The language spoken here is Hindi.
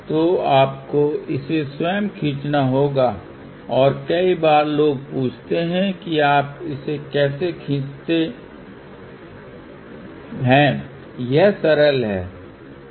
तो आपको इसे स्वयं खींचना होगा और कई बार लोग पूछते हैं कि आप इसे कैसे खीचते करते हैं यह सरल है